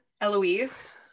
Eloise